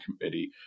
Committee